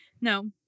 No